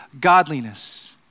godliness